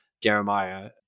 Jeremiah